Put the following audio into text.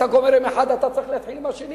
אתה גומר עם אחד, אתה צריך להתחיל עם השני.